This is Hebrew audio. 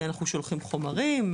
אנחנו שולחים חומרים,